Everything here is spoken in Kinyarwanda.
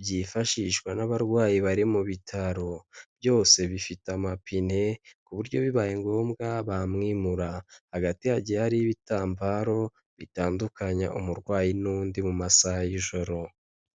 byifashishwa n'abarwayi bari mu bitaro, byose bifite amapine, ku buryo bibaye ngombwa bamwimura, hagati hagiye hariho ibitambaro bitandukanya umurwayi n'undi mu masaha y'ijoro.